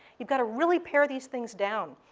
you've got to really pare these things down.